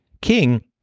king